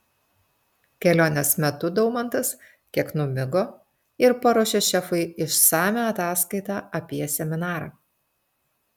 kelionės metu daumantas kiek numigo ir paruošė šefui išsamią ataskaitą apie seminarą